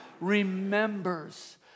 remembers